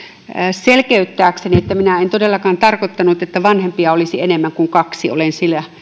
selkeyttääkseni minä en todellakaan tarkoittanut että vanhempia olisi enemmän kuin kaksi olen sillä